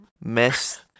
Mess